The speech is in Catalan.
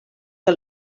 que